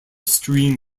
stream